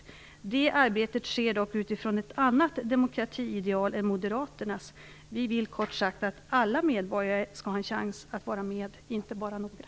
Det arbetet sker dock utifrån ett annat demokratiideal än Moderaternas. Vi vill, kort sagt, att alla medborgare skall ha en chans att vara med, inte bara några.